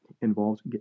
involves